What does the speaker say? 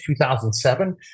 2007